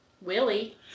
Willie